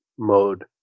mode